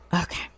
Okay